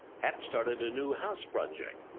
happ started a new house project,